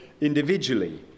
individually